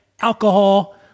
alcohol